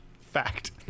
Fact